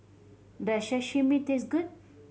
does Sashimi taste good